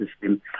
system